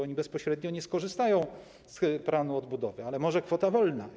Oni bezpośrednio nie skorzystają z planu odbudowy, więc może kwota wolna?